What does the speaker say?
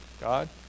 God